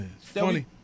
Funny